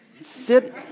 sit